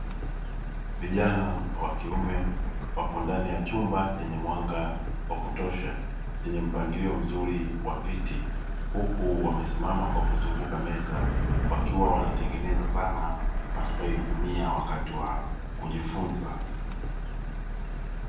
Vijana wa kiume wapo ndani ya chumba chenye mwanga wa kutosha, chenye mpangilio mzuri wa viti, huku wamesimama kwa kuzunguka meza wakiwa wanatengeneza zana watakayoitumia wakati wa kujifunza.